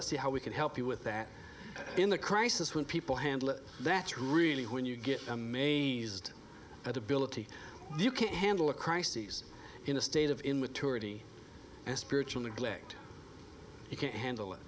let's see how we can help you with that in the crisis when people handle it that's really when you get amazed at ability you can't handle a crises in a state of in with toure and spiritual neglect you can't handle it